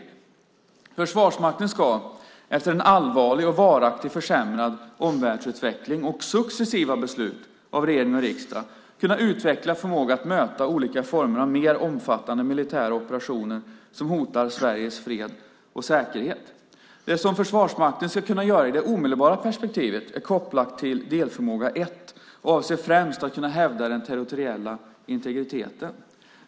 Försvarsmakten ska efter en allvarlig och varaktigt försämrad omvärldsutveckling och successiva beslut av regering och riksdag kunna utveckla förmågan att möta olika former av mer omfattande militära operationer som hotar Sveriges fred och säkerhet. Det som Försvarsmakten ska kunna göra i det omedelbara perspektivet är kopplat till delförmåga 1 och avser främst att kunna hävda den territoriella integriteten.